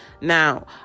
now